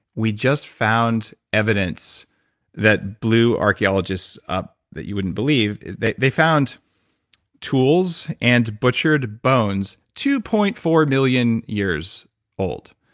we just found evidence that blew archeologists up, that you wouldn't believe. they they found tools and butchered bones two point four million years old.